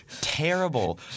terrible